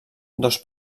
dos